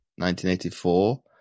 1984